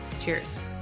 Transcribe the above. Cheers